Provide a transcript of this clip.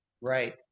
Right